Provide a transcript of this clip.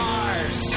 Mars